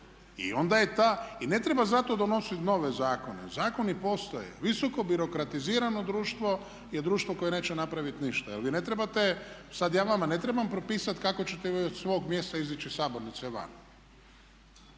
I onda je ta, i ne treba zato donositi nove zakone. Zakon i postoje. Visoko birokratizirano društvo je društvo koje neće napraviti ništa. Jer vi ne trebate, sada ja vama ne trebam propisati kako ćete vi od svog mjesta izići iz sabornice van.